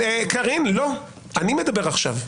אני מדבר עכשיו.